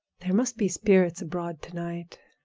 there must be spirits abroad to-night.